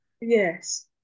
Yes